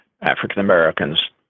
African-Americans